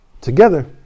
together